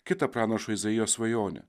kitą pranašo izaijo svajonę